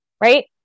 right